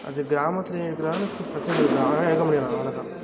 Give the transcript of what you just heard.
அது கிராமத்திலையும் பிரச்சனை இருக்குது எடுக்க மாட்டேங்கிறாங்கள் அவ்வளோ தான்